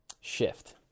shift